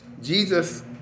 Jesus